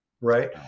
right